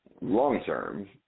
long-term